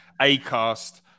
Acast